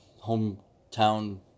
hometown